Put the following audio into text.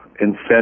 incentives